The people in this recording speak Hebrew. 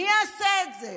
מי יעשה את זה?